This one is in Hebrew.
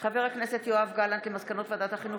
יואב גלנט על מסקנות ועדת החינוך,